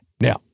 Now